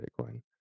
Bitcoin